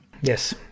Yes